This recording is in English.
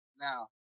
Now